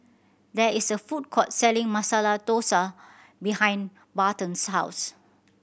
there is a food court selling Masala Dosa behind Barton's house